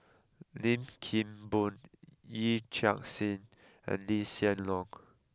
Lim Kim Boon Yee Chia Hsing and Lee Hsien Loong